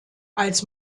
als